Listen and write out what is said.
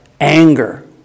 anger